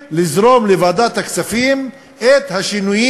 מתחילים לזרום לוועדת הכספים השינויים